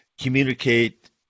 communicate